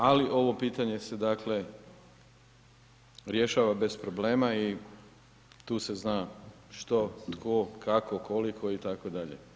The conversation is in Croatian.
Ali ovo pitanje se dakle, rješava bez problema i tu se zna što tko, kako, koliko itd.